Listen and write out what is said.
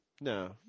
No